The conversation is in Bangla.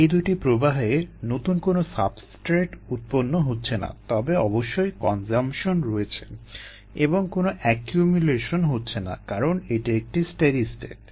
এই দুইটি প্রবাহে নতুন কোনো সাবস্ট্রেট উৎপন্ন হচ্ছে না তবে অবশ্যই কনজাম্পশন রয়েছে এবং কোনো একিউমুলেশন হচ্ছে না কারণ এটি একটি স্টেডি স্টেট